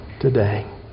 today